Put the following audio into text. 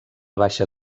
baixa